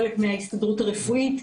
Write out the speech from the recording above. חלק מההסתדרות הרפואית,